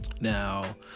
Now